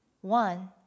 one